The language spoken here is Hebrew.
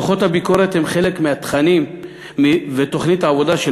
דוחות הביקורת הם חלק מתוכנית עבודה של